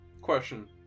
Question